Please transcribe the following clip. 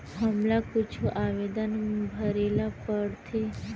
हमला कुछु आवेदन भरेला पढ़थे?